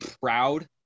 proud